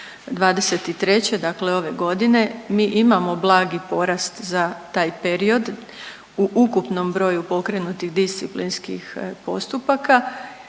2023. dakle ove godine mi imamo blagi porast za taj period u ukupnom broju pokrenutih disciplinskih postupaka